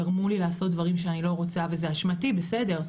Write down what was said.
גרמו לי לעשות דברים שאני לא רוצה וזה אשמתי בסדר,